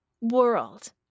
world